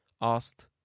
Asked